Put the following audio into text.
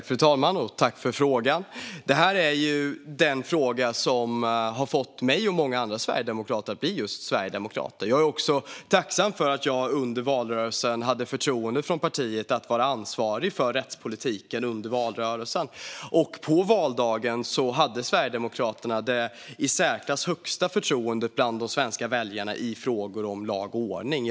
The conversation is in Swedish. Fru talman! Det här är den fråga som har fått mig och många andra sverigedemokrater att bli just sverigedemokrater, och jag är tacksam för att jag under valrörelsen hade partiets förtroende att vara ansvarig för rättspolitiken. På valdagen hade Sverigedemokraterna det i särklass högsta förtroendet bland svenska väljare i frågor om lag och ordning.